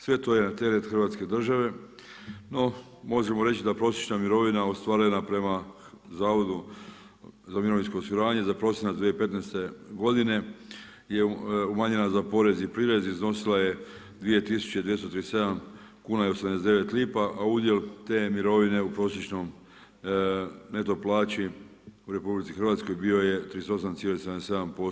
Sve to je na teret Hrvatske države, no možemo reći da prosječna mirovina ostvarena prema Zavodu za mirovinsko osiguranje, za prosinac 2015. godine je umanjena za porez i prirez iznosila je 2237 kuna i 89 lipa, a udjel te mirovine u prosječnoj neto plaći u RH bio je 38,77%